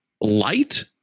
light